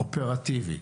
אופרטיבי.